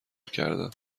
کردم